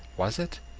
was it?